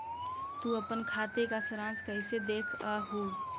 तु अपन खाते का सारांश कैइसे देखअ हू